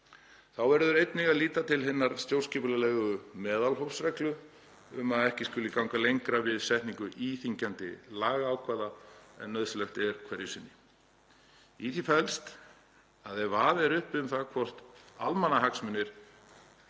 Þá verður einnig að líta til hinnar stjórnskipunarlegu meðalhófsreglu um að ekki skuli ganga lengra við setningu íþyngjandi lagaákvæða en nauðsynlegt er hverju sinni. Í því felst að ef vafi er uppi um það hvort almannahagsmunir